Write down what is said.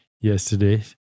yesterday